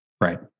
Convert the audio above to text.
right